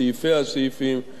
סעיפי הסעיפים,